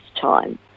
time